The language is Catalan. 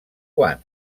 quan